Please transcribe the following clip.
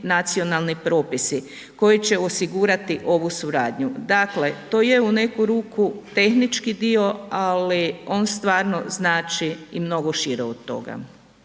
nacionalni propisi koji će osigurati ovu suradnju. Dakle, to je u neku ruku tehnički dio, ali on stvarno znači i mnogo šire od toga.